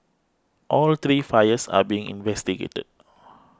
all three fires are being investigated